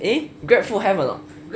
eh grabfood have or not